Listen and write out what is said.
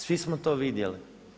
Svi smo to vidjeli.